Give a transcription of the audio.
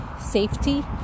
safety